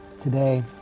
today